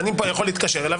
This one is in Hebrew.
אני יכול להתקשר אליו,